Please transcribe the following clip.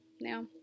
now